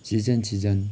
season season